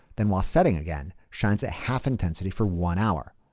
then while setting again shines at half intensity for one hour.